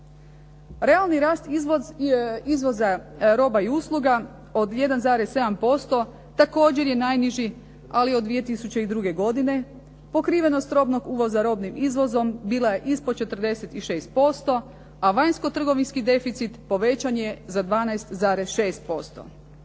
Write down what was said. Realni rast izvoza roba i usluga od 1,7% također je najniži ali od 2002. godine. Pokrivenost robnog uvoza robnim izvozom bila je ispod 46% a vanjsko-trgovinski deficit povećan je za 12,6%.